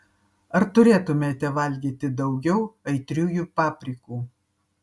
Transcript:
ar turėtumėte valgyti daugiau aitriųjų paprikų